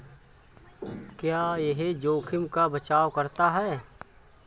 क्या यह जोखिम का बचाओ करता है?